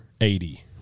eighty